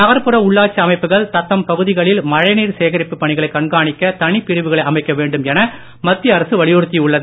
நகர்ப்புற உள்ளாட்சி அமைப்புகள் தத்தம் பகுதிகளில் மழைநீர் சேகரிப்பு பணிகளை கண்காணிக்க தனிப்பிரிவுகளை அமைக்க வேண்டும் என மத்திய அரசு அறிவுறுத்தியுள்ளது